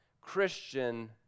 Christian